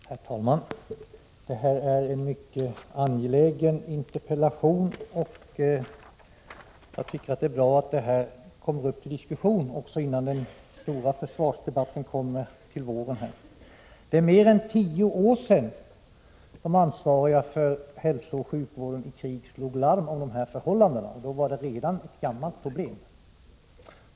Herr talman! Det här är en mycket angelägen interpellation, och jag tycker att det är bra att detta kommer upp till diskussion före den stora försvarsdebatten till våren. Det är mer än tio år sedan de ansvariga för hälsooch sjukvården i krig slog larm om dessa förhållanden. Det var redan då ett gammalt problem.